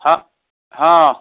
ହଁ ହଁ